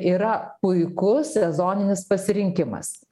yra puikus sezoninis pasirinkimas